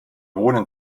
wohnen